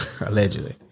Allegedly